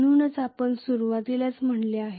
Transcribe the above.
म्हणूनच आपण सुरवातीलाच म्हटले आहे